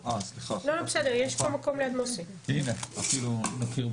בשדה הפתוח ממרחק קילומטרים אפשר להריח אותו ונוכחתי